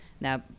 Now